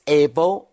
able